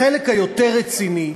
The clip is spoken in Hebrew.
החלק היותר-רציני,